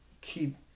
keep